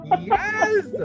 Yes